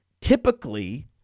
typically